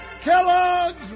Kellogg's